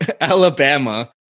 Alabama